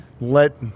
let